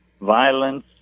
violence